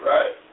Right